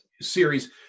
Series